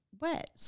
wet